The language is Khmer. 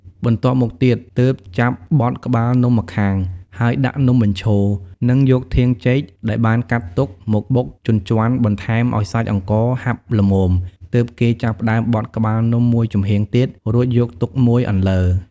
បន្ទាប់មកទៀត ទើបចាប់បត់ក្បាលនំម្ខាង ហើយដាក់នំបញ្ឈរ និងយកធាងចេកដែលបានកាត់ទុក មកបុកជញ្ជាន់បន្ថែមឱ្យសាច់អង្ករហាប់ល្មម ទើបគេចាប់ផ្តើមបត់ក្បាលនំមួយចំហៀងទៀត រួចយកទុកមួយអន្លើ។